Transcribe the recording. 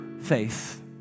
faith